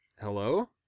Hello